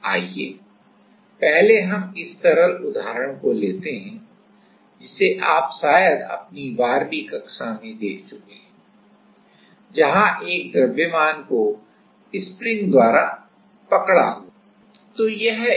आइए पहले हम इस सरल उदाहरण को लेते हैं जिसे आप शायद अपनी 12 वीं कक्षा में देख चुके हैं जहां एक द्रव्यमान को स्प्रिंग द्वारा पकड़ा हुआ है